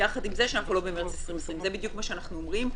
עם זאת שאנחנו לא במרץ 2020. זה בדיוק מה שאנחנו אומרים.